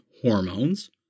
hormones